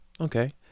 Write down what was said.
okay